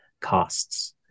costs